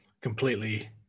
completely